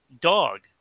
Dog